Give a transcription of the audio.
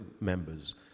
members